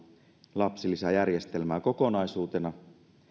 lapsilisäjärjestelmää kokonaisuutena